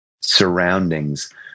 surroundings